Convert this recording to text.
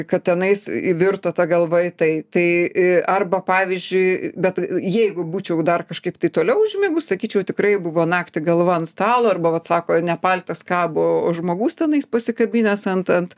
kad tenais įvirto ta galva į tai tai arba pavyzdžiui bet jeigu būčiau dar kažkaip tai toliau užmigus sakyčiau tikrai buvo naktį galva ant stalo arba vat sako ne paltas kabo žmogaus tenais pasikabinęs ant ant